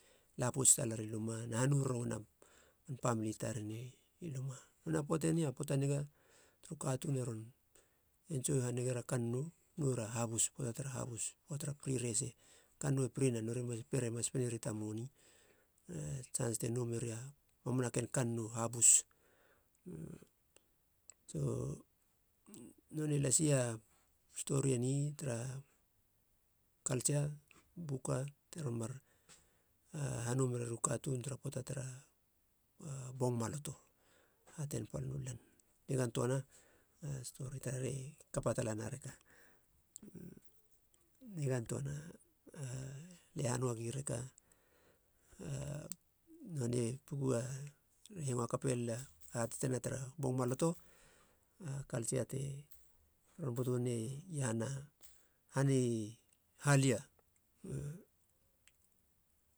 Lapouts talari luma na hanou reroen a man pamili taren i luma. Nonei a poata eni a poata niga turu katuun e ron entsoe haniger a kannou mara habus. Poata tar habus poata tara pri rese, kannou e pri na, nori per ema spenri ta moni, a tsants te nou meri a mamana ken kannou, habus so nonei lasia stori eni tara kaltsia buka te ron mar hanou mereriu katuun tara poata tara bong maloto, hatenpala nu lan. Nigana töana a stori tarara e kapa talana reka, nigana töana a lie hanöa gia reka a nonei puku a re hengo hakape lila hahatetena tara bong maloto a kaltsia te ron butu ne iahana han, han i halia.